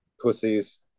pussies